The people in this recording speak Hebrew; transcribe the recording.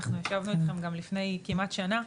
אנחנו ישבנו אתכם גם לפני כמעט שנה,